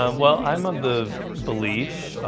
um well, i'm of the belief